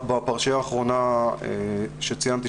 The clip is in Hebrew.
שבפרשייה האחרונה שציינתי,